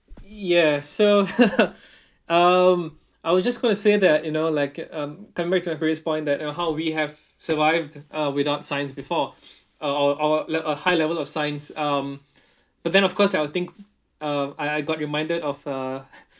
ya so um I was just going to say that you know like um coming back to my previous point that you know how we have survived uh without science before or or or a high level of science um but then of course I will think uh I I got reminded of uh